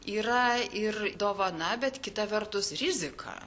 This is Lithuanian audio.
yra ir dovana bet kita vertus rizika